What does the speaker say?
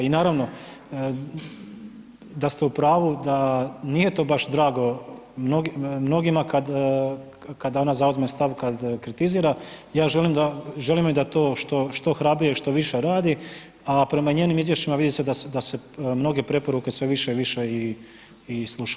I naravno, da ste u pravu da nije to baš drago mnogima kada ona zauzme stav, kada kritizira, ja želim da to što hrabrije i što više radi, a prema njenim izvještajima vidi se da se mnoge preporuke sve više i više slušaju.